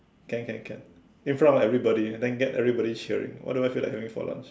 can can can in front of everybody and then get everybody cheering what do I feel like having for lunch